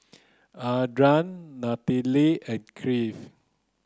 Arden Nanette and Cliff